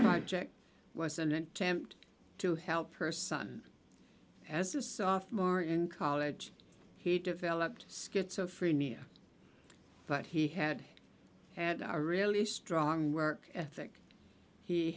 project was an attempt to help her son as a softer more in college he developed schizophrenia but he had had a really strong work ethic he